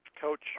Coach